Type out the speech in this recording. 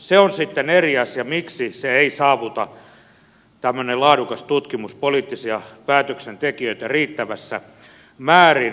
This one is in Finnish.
se on sitten eri asia miksi tämmöinen laadukas tutkimus ei saavuta poliittisia päätöksentekijöitä riittävässä määrin